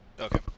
Okay